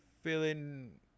feeling